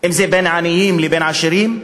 אם זה בין עניים לבין עשירים,